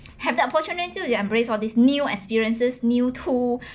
have the opportunity to embrace all this new experiences new tool